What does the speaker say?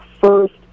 first